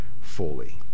fully